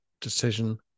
decision